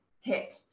hit